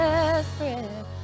desperate